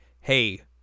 Hey